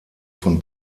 von